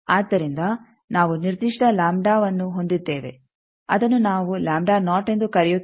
ಆದ್ದರಿಂದ ನಾವು ನಿರ್ದಿಷ್ಟ ಅನ್ನು ಹೊಂದಿದ್ದೇವೆ ಅದನ್ನು ನಾವು ಎಂದು ಕರೆಯುತ್ತೇವೆ